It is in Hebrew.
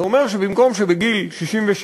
זה אומר שבמקום שבגיל 67